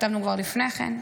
התכתבנו כבר לפני כן.